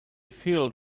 filled